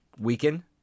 weaken